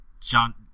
John